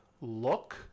Look